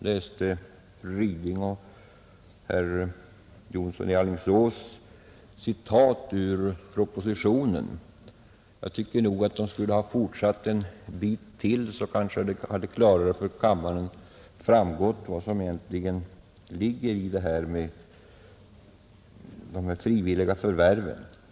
Fru Ryding och herr Jonsson i Alingsås citerade ur propositionen. Jag tycker att de borde ha fortsatt ett stycke till, så kanske det för kammaren hade klarare framgått vad de frivilliga förvärven egentligen innebär.